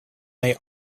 they